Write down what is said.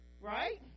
Right